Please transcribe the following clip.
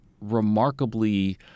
remarkably